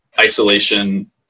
isolation